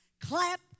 clap